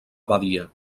abadia